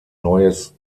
neues